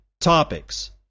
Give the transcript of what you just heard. topics